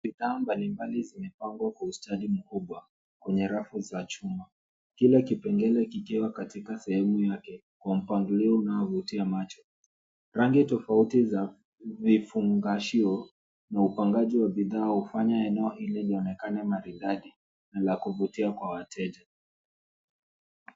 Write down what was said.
Bidhaa mbali mbali zimepangwa kwa ustadi mkubwa kwenye rafu za chuma, kila kipengele kikiwa katika sehemu yake kwa mpangilio unaovutia macho. Rangi tofauti za vifungashio na upangaji wa bidhaa hufanya eneo hili lionekane maridadi na la kuvutia kwa wateja.